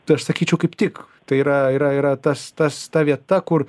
tai aš sakyčiau kaip tik tai yra yra yra tas tas ta vieta kur